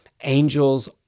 Angels